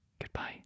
Goodbye